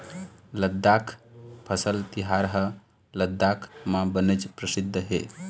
लद्दाख फसल तिहार ह लद्दाख म बनेच परसिद्ध हे